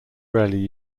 rarely